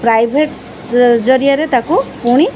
private ଜରିଆରେ ତାକୁ ପୁଣି